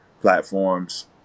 platforms